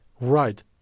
right